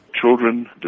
Children